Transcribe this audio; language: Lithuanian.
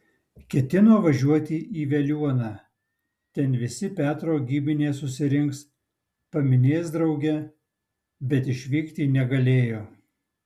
ketino važiuoti į veliuoną ten visi petro giminės susirinks paminės drauge bet išvykti negalėjo